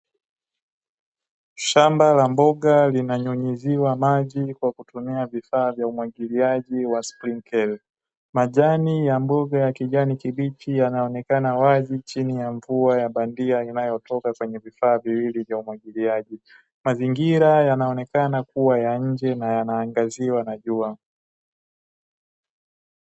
Shamba la mboga linanyunyiziwa maji kwa kutumia vifaa vya umwagiliaji wa sprinkeli, majani ya mboga ya kijani kibichi yanaonekana wazi chini ya mvua ya bandia, inayotoka kwenye vifaa viwili vya umwagiliaji. Mazingira yanaonekana kuwa ya nje na yanaangaziwa na jua.